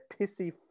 pissy